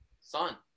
son